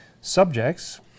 subjects